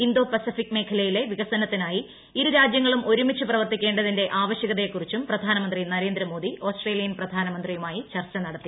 Indo Pacific മേഖലയിലെ വികസന്ത്തിനായി ഇരു രാജ്യങ്ങളും ഒരുമിച്ച് പ്രവർത്തിക്കേണ്ടതിന്റെ ആവശ്യകതയെക്കുറിച്ചും പ്രധാനമന്ത്രി നരേന്ദ്ര മോദി ഒ്ട്സ്ട്രേലിയൻ പ്രധാനമന്ത്രിയുമായി ചർച്ച നടത്തി